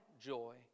joy